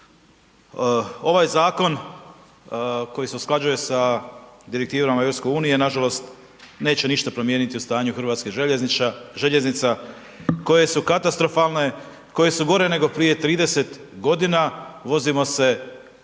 Ovaj zakon, koji se usklađuje sa direktivom EU, nažalost, neće ništa promijeniti u stanju Hrvatskih željeznica, koje su katastrofalne, koje su gore nego prije 30 g. vozimo se